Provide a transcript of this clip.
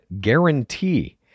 guarantee